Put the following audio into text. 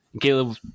Caleb